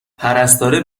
پرستاره